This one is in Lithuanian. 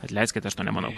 atleiskit aš to nemanau